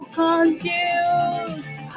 confused